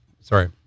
Sorry